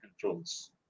controls